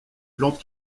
plantes